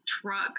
truck